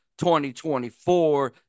2024